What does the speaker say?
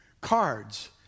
cards